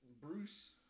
Bruce